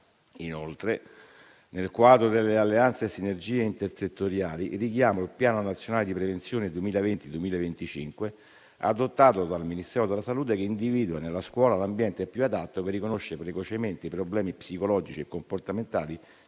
Inoltre, nel quadro delle alleanze e sinergie intersettoriali, richiamo il Piano nazionale di prevenzione 2020-2025, adottato dal Ministero della salute, che individua nella scuola l'ambiente più adatto per riconoscere precocemente i problemi psicologici e comportamentali